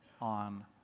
on